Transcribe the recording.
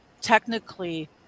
technically